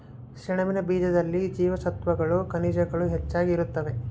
ಸೆಣಬಿನ ಬೀಜದಲ್ಲಿ ಜೀವಸತ್ವಗಳು ಖನಿಜಗಳು ಹೆಚ್ಚಾಗಿ ಇರುತ್ತವೆ